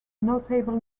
notable